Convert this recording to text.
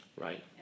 Right